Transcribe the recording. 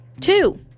Two